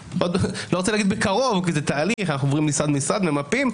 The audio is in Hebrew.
לא רוצה להגיד בקרוב כי זה תהליך ואנחנו עוברים משרד-משרד וממפים.